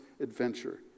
adventure